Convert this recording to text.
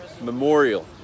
Memorial